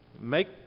make